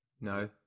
No